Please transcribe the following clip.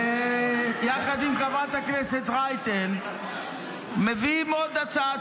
ויחד עם חברת הכנסת רייטן מביאים עוד הצעת